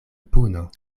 puno